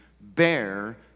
bear